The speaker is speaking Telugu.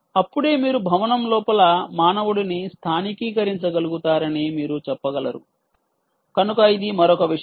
అప్పుడే మీరు భవనం లోపల మానవుడిని స్థానికీకరించగలుగుతారని మీరు చెప్పగలుగుతారు కనుక ఇది మరొక విషయం